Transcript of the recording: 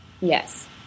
Yes